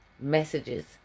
messages